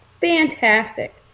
fantastic